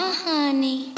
honey